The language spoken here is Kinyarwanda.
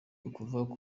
ukuvuga